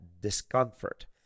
discomfort